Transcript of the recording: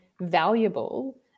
valuable